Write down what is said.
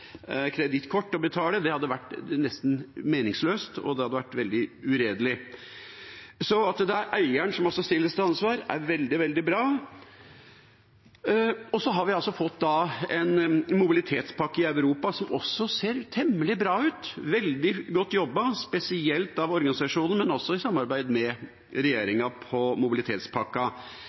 kredittkort og betale, det hadde vært nesten meningsløst, og det hadde vært veldig uredelig. Så at det er eieren som stilles til ansvar, er veldig bra. Vi har fått en mobilitetspakke i Europa som også ser temmelig bra ut – veldig godt jobbet, spesielt av organisasjonene, men også i samarbeid med regjeringa.